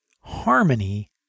harmony